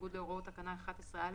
בניגוד להוראות תקנה 11א